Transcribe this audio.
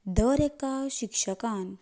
दर एका शिक्षकान